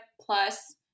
plus